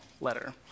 letter